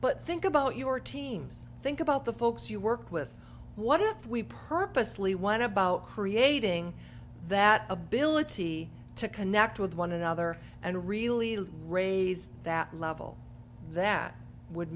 but think about your teams think about the folks you work with what if we purposely want about creating that ability to connect with one another and really raise that level that would